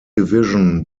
division